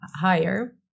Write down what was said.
higher